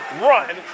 run